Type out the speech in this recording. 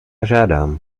žádám